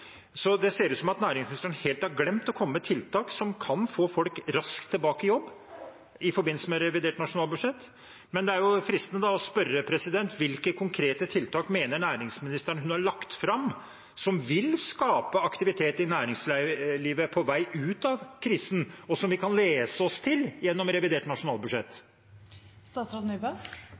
Det ser ut som at næringsministeren i forbindelse med revidert nasjonalbudsjett helt har glemt å komme med tiltak som kan få folk raskt tilbake igjen i jobb. Men det er fristende å spørre: Hvilke konkrete tiltak mener næringsministeren hun har lagt fram, som vil skape aktivitet i næringslivet på vei ut av krisen, og som vi kan lese oss til gjennom revidert